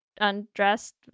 Undressed